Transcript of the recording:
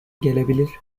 gelebilir